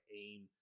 aim